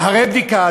אחרי בדיקה,